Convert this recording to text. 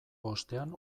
bostean